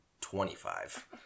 Twenty-five